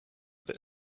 that